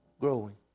growing